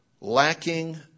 lacking